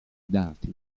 dati